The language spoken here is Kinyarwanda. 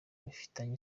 bifitanye